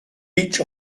each